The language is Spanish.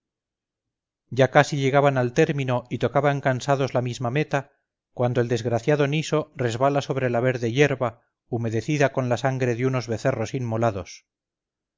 ya casi llegaban al término y tocaban cansados la misma meta cuando el desgraciado niso resbala sobre la verde hierba humedecida con la sangre de unos becerros inmolados